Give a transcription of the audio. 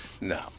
No